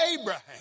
Abraham